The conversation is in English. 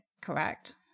correct